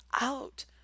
out